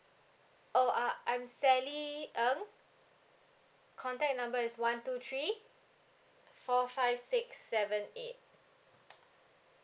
oh uh I'm sally ng contact number is one two three four five six seven eight